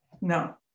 no